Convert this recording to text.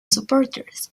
supporters